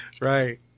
Right